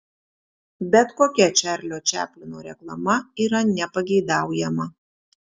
bet kokia čarlio čaplino reklama yra nepageidaujama